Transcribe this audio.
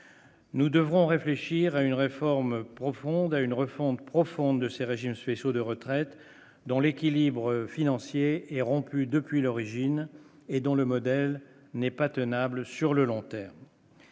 Nous devrons réfléchir à une réforme profonde à une refonte profonde de ces régimes spéciaux de retraite dont l'équilibre financier est rompu depuis l'origine, et dont le modèle n'est pas tenable sur le long terme.